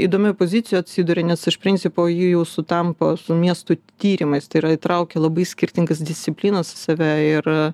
įdomioj pozicijoj atsiduria nes iš principo ji jau sutampa su miestų tyrimais tai yra įtraukia labai skirtingas disciplinas į save ir